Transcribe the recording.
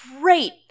great